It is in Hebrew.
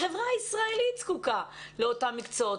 החברה הישראלית זקוקה לאותם מקצועות.